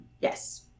Yes